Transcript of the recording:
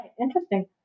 Interesting